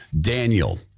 Daniel